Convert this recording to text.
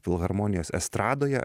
filharmonijos estradoje